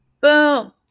Boom